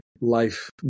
life